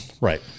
right